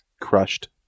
crushed